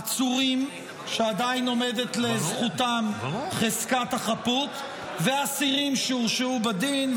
עצורים שעדיין עומדת לזכותם חזקת החפות ואסירים שהורשעו בדין.